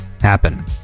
happen